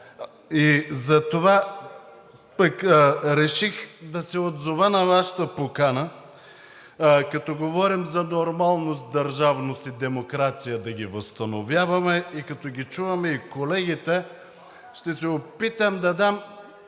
и затова реших да се отзова на Вашата покана, като говорим за нормалност, държавност и демокрация – да ги възстановяваме, като чуваме и колегите. Ще се опитам да дам